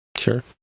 Sure